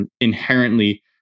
inherently